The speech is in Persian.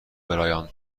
برایان